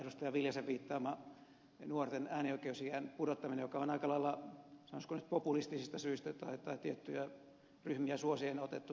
viljasen mainitsema nuorten äänioikeusiän pudottaminen joka on aika lailla sanoisiko nyt populistisista syistä tai tiettyjä ryhmiä suosien otettu tapetille